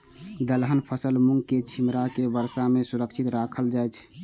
दलहन फसल मूँग के छिमरा के वर्षा में सुरक्षित राखल जाय?